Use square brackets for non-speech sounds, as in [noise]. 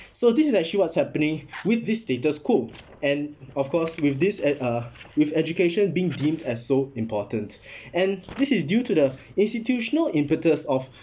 so this is actually what's happening with the status quo and of course with this at uh with education being deemed as so important [breath] and this is due to the institutional impetus of